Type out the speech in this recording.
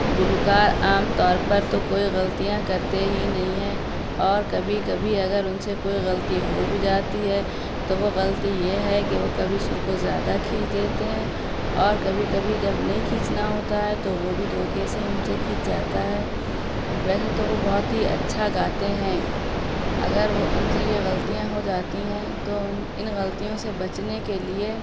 گلوکار عام طور پر تو کوئی غلطیاں کرتے ہی نہیں ہیں اور کبھی کبھی اگر ان سے کوئی غلطی ہو بھی جاتی ہے تو وہ غلطی یہ ہے کہ وہ کبھی سر کو زیادہ کھینچ دیتے ہیں اور کبھی کبھی جب نہیں کھینچنا ہوتا ہے تو وہ بھی دھوکے سے ان سے کھنچ جاتا ہے ویسے تو وہ بہت ہی اچھا گاتے ہیں اگر وہ ان سے یہ غلطیاں ہو جاتی ہیں تو ان ان غلطیوں سے بچنے کے لیے